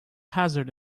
hazard